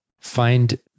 Find